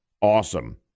awesome